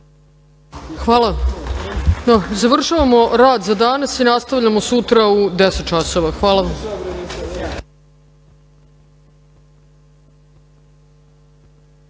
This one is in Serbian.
Hvala. Završavamo rad za danas i nastavljamo sutra u 10 časova.